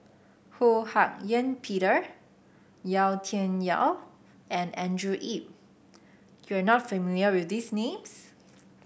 Ho Hak Ean Peter Yau Tian Yau and Andrew Yip you are not familiar with these names